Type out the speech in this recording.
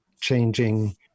changing